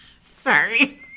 Sorry